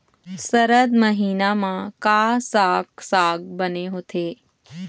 सरद महीना म का साक साग बने होथे?